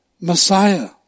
Messiah